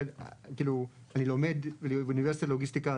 כאילו אני לומד באוניברסיטה לוגיסטיקה,